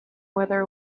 wither